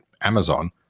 Amazon